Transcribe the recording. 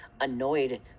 annoyed